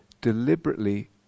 deliberately